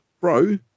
Bro